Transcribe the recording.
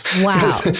Wow